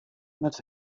moat